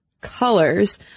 colors